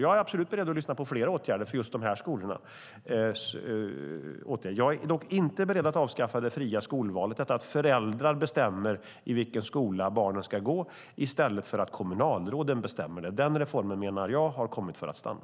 Jag är absolut beredd att lyssna på flera åtgärder för just de här skolorna. Jag är dock inte beredd att avskaffa det fria skolvalet, att föräldrar bestämmer i vilken skola barnen ska gå i stället för att kommunalråden bestämmer det. Den reformen menar jag har kommit för att stanna.